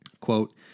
Quote